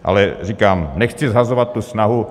Ale říkám, nechci shazovat tu snahu.